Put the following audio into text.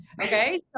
okay